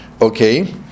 Okay